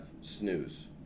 snooze